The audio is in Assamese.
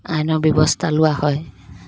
আইনৰ ব্যৱস্থা লোৱা হয়